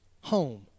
home